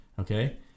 Okay